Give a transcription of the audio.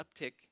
uptick